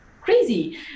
crazy